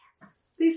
Yes